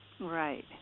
Right